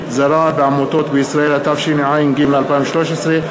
התשע"ג 2013,